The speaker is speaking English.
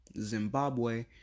Zimbabwe